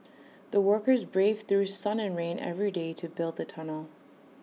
the workers braved through sun and rain every day to build the tunnel